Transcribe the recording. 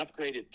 upgraded